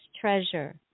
Treasure